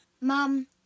Mom